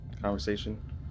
conversation